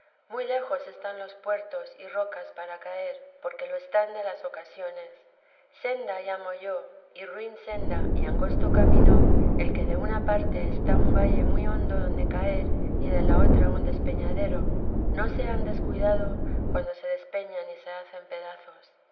muy lejos están los puertos y rocas para caer porque lo están de las ocasiones senda llamo yo y ruin senda y angosto camino el que de una parte está un valle muy hondo adonde caer y de la otra un despeñadero no se han descuidado cuando se despeñan y se hacen pedazos